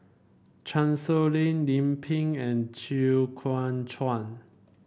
Chan Sow Lin Lim Pin and Chew Kuang Chuan